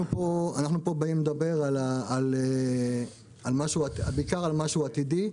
אנחנו באים לפה לדבר בעיקר על משהו עתידי.